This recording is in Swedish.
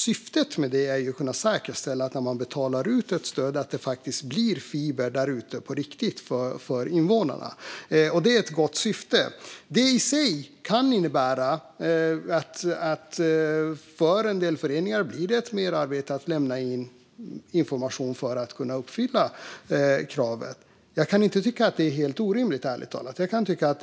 Syftet med det är att man när man betalar ut ett stöd ska kunna säkerställa att det verkligen blir fiber där ute, på riktigt, för invånarna. Det görs alltså för ett gott syfte. Detta kan i sig innebära att det blir ett merarbete för en del föreningar när de ska lämna in information för att kunna uppfylla kraven. Jag tycker ärligt talat inte att detta är helt orimligt.